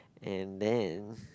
and then